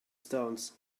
stones